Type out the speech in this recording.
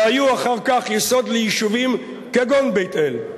והיו אחר כך יסוד ליישובים כגון בית-אל,